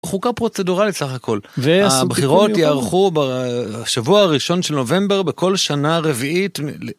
חוקה פרוצדורלית סך הכל, הבחירות יערכו בשבוע הראשון של נובמבר בכל שנה רביעית.